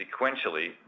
sequentially